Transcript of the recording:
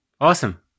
Awesome